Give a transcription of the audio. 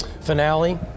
finale